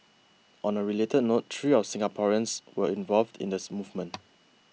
on a related note three of Singaporeans were involved in the movement